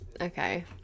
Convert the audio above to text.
okay